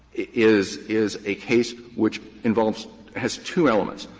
is is a case which involves has two elements.